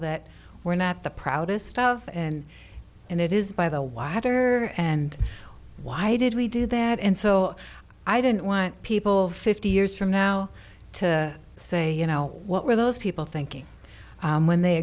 that we're not the proudest of in and it is by the wider and why did we do that and so i didn't want people fifty years from now to say you know what were those people thinking when they